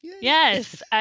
Yes